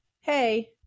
hey